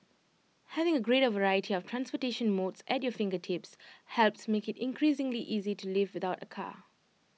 having A greater variety of transportation modes at your fingertips helps make IT increasingly easy to live without A car